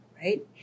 right